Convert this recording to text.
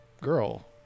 girl